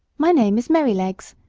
my name is merrylegs.